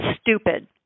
stupid